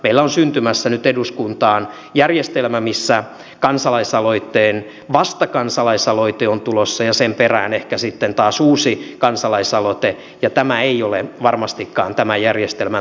meillä on syntymässä nyt eduskuntaan järjestelmä missä kansalaisaloitteen vastakansalaisaloite on tulossa ja sen perään ehkä sitten taas uusi kansalaisaloite ja tämä ei ole varmastikaan tämän järjestelmän tarkoitus